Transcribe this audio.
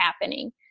happening